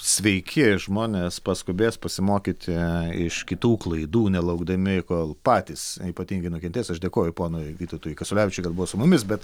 sveiki žmonės paskubės pasimokyti iš kitų klaidų nelaukdami kol patys ypatingai nukentės aš dėkoju ponui vytautui kasiulevičiui kad buvo su mumis bet